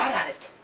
at it!